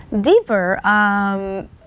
Deeper